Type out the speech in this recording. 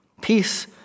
Peace